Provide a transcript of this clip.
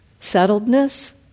settledness